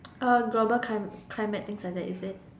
uh global clim~ climate things like that is it